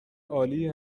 عالی